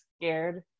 scared